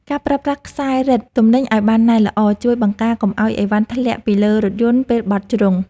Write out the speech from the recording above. ការប្រើប្រាស់ខ្សែរឹតទំនិញឱ្យបានណែនល្អជួយបង្ការកុំឱ្យអីវ៉ាន់ធ្លាក់ពីលើរថយន្តពេលបត់ជ្រុង។